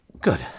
Good